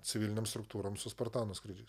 civilinėms struktūroms su spartano skrydžiais